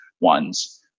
ones